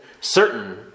certain